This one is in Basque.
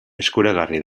eskuragarri